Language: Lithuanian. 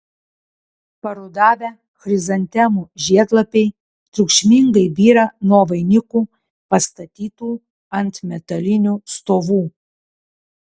parudavę chrizantemų žiedlapiai triukšmingai byra nuo vainikų pastatytų ant metalinių stovų